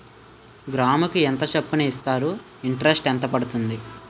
గ్రాముకి ఎంత చప్పున ఇస్తారు? ఇంటరెస్ట్ ఎంత పడుతుంది?